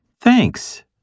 Thanks